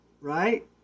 right